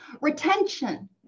Retention